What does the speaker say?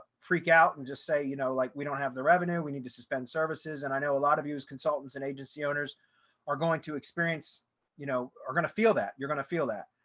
freak out and just say, you know, like, we don't have the revenue, we need to suspend services. and i know a lot of us consultants and agency owners are going to experience you know, are going to feel that you're going to feel that.